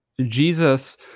Jesus